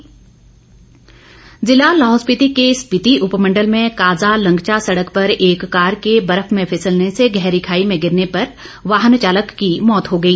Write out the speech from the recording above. दुर्घटना जिला लाहौल स्पीति के स्पीति उपमंडल में काजा लंगचा सड़क पर एक कार के बर्फ में फिसलने से गहरी खाई में गिरने पर वाहन चालक की मौत हो गई